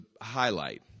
highlight